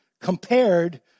compared